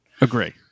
Agree